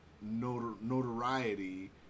notoriety